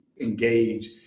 engage